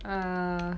err